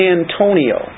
Antonio